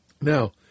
Now